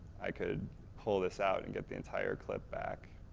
i could pull this out, and get the entire clip back,